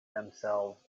themselves